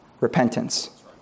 repentance